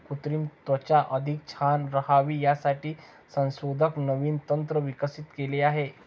कृत्रिम त्वचा अधिक छान राहावी यासाठी संशोधक नवीन तंत्र विकसित केले आहे